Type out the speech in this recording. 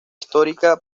histórica